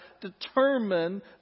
determine